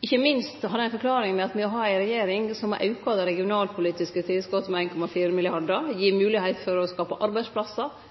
ikkje minst har det den forklaringa at me har ei regjering som har auka det regionalpolitiske tilskottet med 1,4 mrd. kr, som gir moglegheit for å skape arbeidsplassar,